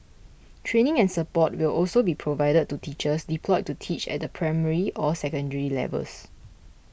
training and support will also be provided to teachers deployed to teach at the primary or secondary levels